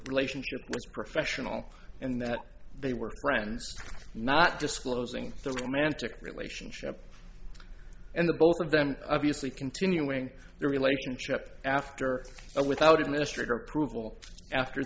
relationship was professional and that they were friends not disclosing the romantic relationship and the both of them obviously continuing their relationship after that without administrator approval after